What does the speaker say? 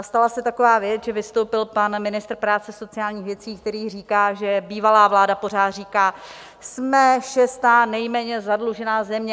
Stala se taková věc, že vystoupil pan ministr práce a sociálních věcí, který říká, že bývalá vláda pořád říká: Jsme šestá nejméně zadlužená země.